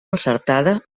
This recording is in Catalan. encertada